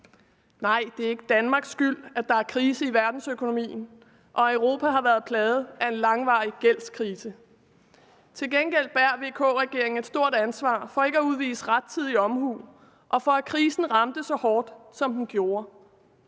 Nej, det er ikke Danmarks skyld, at der er krise i verdensøkonomien og Europa har været plaget af en langvarig gældskrise. Til gengæld bærer VK-regeringen et stort ansvar for ikke at udvise rettidig omhu og for, at krisen ramte så hårdt, som den gjorde.